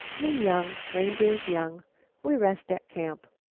me young reindeers young we rest at camp.